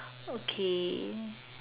okay